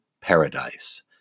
paradise